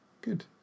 Good